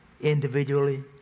Individually